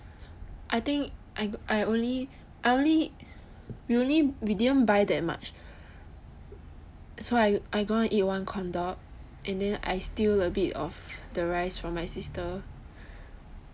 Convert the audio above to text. I think I only we only we didn't buy that much so I'm going to eat one corn dog then I steal a bit of the rice from my sister